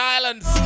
Islands